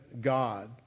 God